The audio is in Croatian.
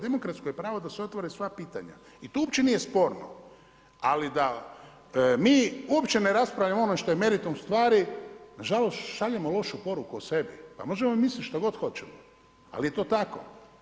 Demokratsko je pravo da se otvore sva pitanja i to uopće nije sporno, ali da mi da uopće ne raspravljamo o onome što je meritum stvari, nažalost šaljemo lošu poruku o sebi, pa možemo misliti što god hoćemo ali je to tako.